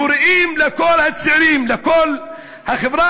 קוראים לכל הצעירים, לכל החברה